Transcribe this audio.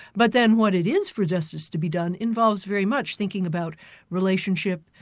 but then what it is for justice to be done involves very much thinking about relationship,